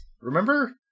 remember